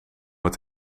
het